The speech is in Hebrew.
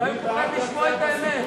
אולי הוא פוחד לשמוע את האמת.